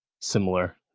similar